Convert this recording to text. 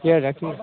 किए रखि